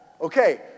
Okay